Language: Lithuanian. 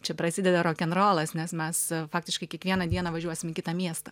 čia prasideda rokenrolas nes mes faktiškai kiekvieną dieną važiuosim į kitą miestą